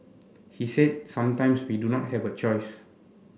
he said sometimes we do not have a choice